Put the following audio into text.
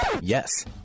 Yes